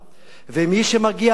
מי שמגיע לקנדה,